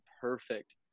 perfect